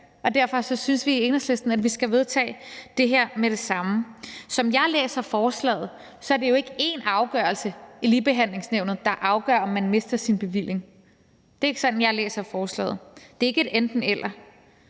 Og derfor synes vi i Enhedslisten, at vi skal vedtage det her med det samme. Som jeg læser forslaget, er det jo ikke én afgørelse i Ligebehandlingsnævnet, der afgør, om man mister sin bevilling. Det er ikke sådan, jeg læser forslaget. Det er ikke et enten-eller.